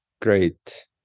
great